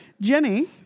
Jenny